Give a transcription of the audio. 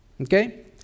Okay